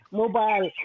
mobile